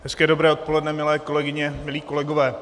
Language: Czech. Hezké dobré odpoledne, milé kolegyně, milí kolegové.